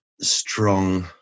strong